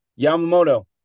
Yamamoto